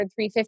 350